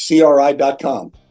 CRI.com